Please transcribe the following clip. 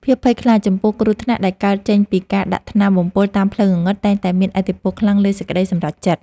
ភាពភ័យខ្លាចចំពោះគ្រោះថ្នាក់ដែលកើតចេញពីការដាក់ថ្នាំបំពុលតាមផ្លូវងងឹតតែងតែមានឥទ្ធិពលខ្លាំងលើសេចក្តីសម្រេចចិត្ត។